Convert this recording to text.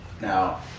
Now